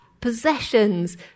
possessions